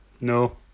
No